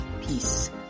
peace